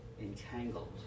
entangled